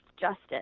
justice